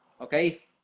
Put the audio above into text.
okay